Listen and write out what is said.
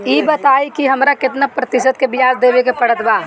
ई बताई की हमरा केतना प्रतिशत के ब्याज देवे के पड़त बा?